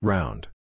Round